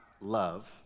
love